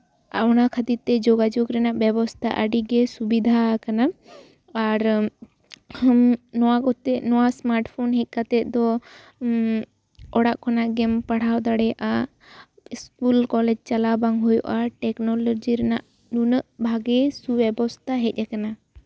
ᱟᱨ ᱚᱱᱟ ᱠᱷᱟᱹᱛᱤᱨᱛᱮ ᱡᱳᱜᱟᱡᱳᱜᱽ ᱨᱮᱱᱟᱜ ᱵᱮᱵᱚᱥᱛᱷᱟ ᱟᱹᱰᱤᱜᱮ ᱥᱩᱵᱤᱫᱷᱟ ᱟᱠᱟᱱᱟ ᱟᱨ ᱱᱚᱣᱟ ᱠᱚᱛᱮ ᱱᱚᱣᱟ ᱥᱢᱟᱨᱴ ᱯᱷᱳᱱ ᱦᱮᱡ ᱠᱟᱛᱮᱜ ᱫᱚ ᱚᱲᱟᱜ ᱠᱷᱚᱱᱟᱜ ᱜᱮᱢ ᱯᱟᱲᱦᱟᱣ ᱫᱟᱲᱮᱭᱟᱜᱼᱟ ᱤᱥᱠᱩᱞ ᱠᱚᱞᱮᱡᱽ ᱪᱟᱞᱟᱣ ᱵᱟᱝ ᱦᱩᱭᱩᱜᱼᱟ ᱴᱮᱠᱱᱳᱞᱚᱡᱤ ᱨᱮᱱᱟᱜ ᱱᱩᱱᱟᱹᱜ ᱵᱷᱟᱜᱮ ᱥᱩᱼᱵᱮᱵᱚᱥᱛᱷᱟ ᱦᱮᱡ ᱟᱠᱟᱱᱟ